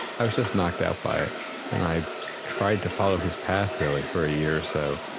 i was just knocked out by it and i tried to follow his path really for a year or so.